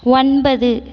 ஒன்பது